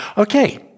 Okay